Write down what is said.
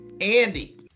Andy